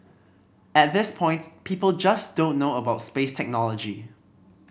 at this point people just don't know about space technology